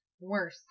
Worse